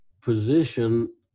position